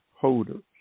holders